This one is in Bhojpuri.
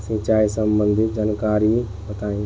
सिंचाई संबंधित जानकारी बताई?